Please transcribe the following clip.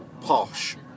posh